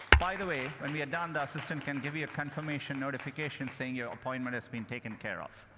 by the way, when we are done the assistant can give you a confirmation notification saying your appointment has been taken care of.